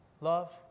Love